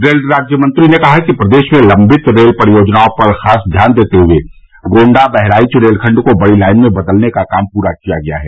rail राज्य मंत्री ने कहा कि प्रदेश में लम्बित रेल परियोजनाओं पर खास ध्यान देते हुए गोण्डा बहराइच रेलखंड को बड़ी लाइन में बदलने का काम पूरा किया गया है